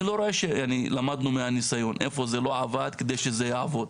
אני לא רואה שלמדנו מהניסיון איפה זה לא עבד כדי שזה יעבוד.